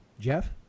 Jeff